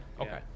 okay